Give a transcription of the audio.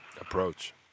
approach